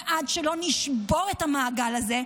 עד שלא נשבור את המעגל הזה,